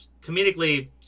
comedically